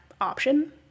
option